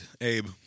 Abe